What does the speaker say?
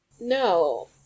No